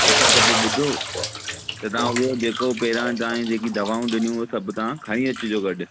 ठीकु आहे त पोइ ॿुधो त तव्हां उहो जेको पहिरियां तव्हांजी जेकी दवाऊं ॾिनियूं उहो सभु तव्हां खणी अचिजो गॾु